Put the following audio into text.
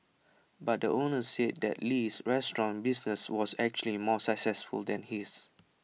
but the owner said that Li's restaurant business was actually more successful than his